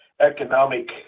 economic